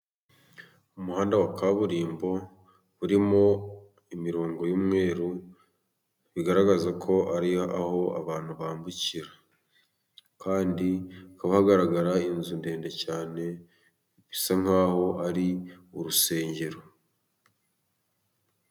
Umuhanda wa kaburimbo urimo imirongo y'umweru bigaragaza ko ari aho abantu bambukira, kandi haba hagaragara inzu ndende cyane bisa nkaho ari urusengero.